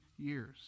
years